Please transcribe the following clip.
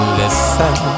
listen